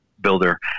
builder